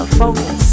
focus